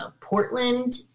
Portland